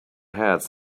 heads